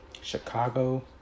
Chicago